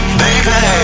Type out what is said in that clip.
baby